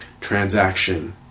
transaction